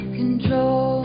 control